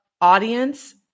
audience